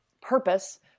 purpose